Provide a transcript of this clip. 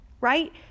Right